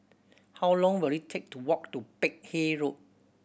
how long will it take to walk to Peck Hay Road